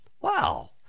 wow